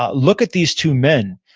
ah look at these two men.